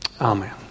Amen